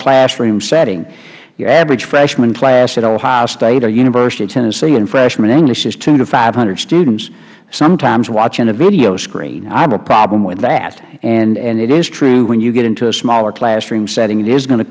classroom setting your average freshman class at ohio state or university of tennessee in freshman english is two to five hundred students sometimes watching a video screen i have a problem with that and it is true when you get into a smaller classroom setting it is going to